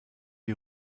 die